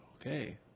Okay